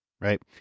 right